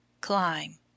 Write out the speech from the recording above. climb